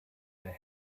their